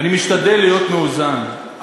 ואני משתדל להיות מאוזן,